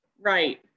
right